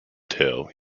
tale